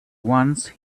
once